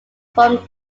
from